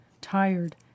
tired